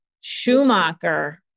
Schumacher